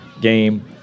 game